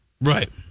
Right